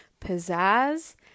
pizzazz